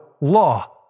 law